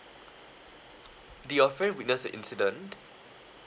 did your friend witness the incident